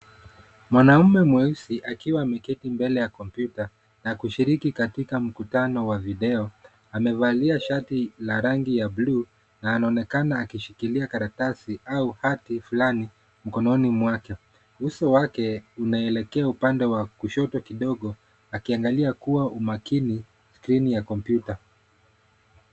Mwanaume mweusi akiwa ameketi mbele ya kompyuta na kushiriki katika mkutano wa video. Amevalia shati la rangi ya bluu na anaonekana akishikilia karatasi au hati fulani mkononi mwake. Uso wake unaelekea upande wa kushoto kidogo, akiangalia kuwa umakini skrini ya kompyuta.